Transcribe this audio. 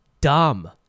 dumb